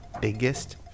biggest